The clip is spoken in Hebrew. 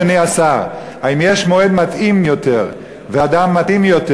אדוני השר: האם יש מועד מתאים יותר ואדם מתאים יותר